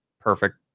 perfect